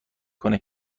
کنه